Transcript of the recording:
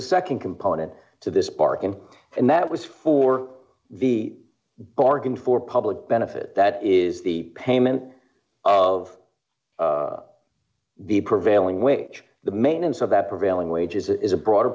a nd component to this bargain and that was for the bargain for public benefit that is the payment of the prevailing wage the maintenance of that prevailing wages is a broader